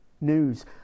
news